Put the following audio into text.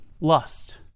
lust